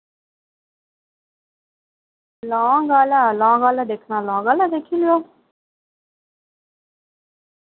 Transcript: long आह्ला लांग आह्ला दिक्खना लांग आह्ला दिक्खी लैओ